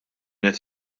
qed